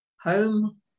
home